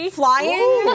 flying